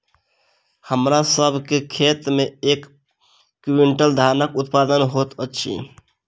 हमरा सभ के खेत में एक क्वीन्टल धानक उत्पादन होइत अछि